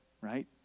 right